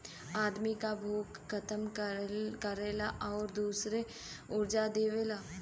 आदमी क भूख खतम करेला आउर बहुते ऊर्जा देवेला